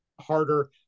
harder